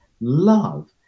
love